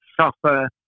suffer